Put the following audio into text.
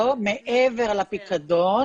מעבר לפיקדון,